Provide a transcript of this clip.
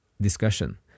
discussion